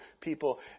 people